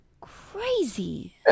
crazy